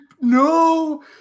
no